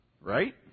Right